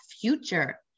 future